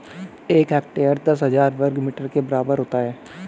एक हेक्टेयर दस हजार वर्ग मीटर के बराबर होता है